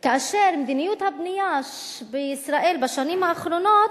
כאשר מדיניות הבנייה בישראל בשנים האחרונות,